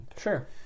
Sure